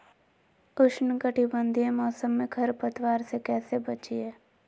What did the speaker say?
उष्णकटिबंधीय मौसम में खरपतवार से कैसे बचिये?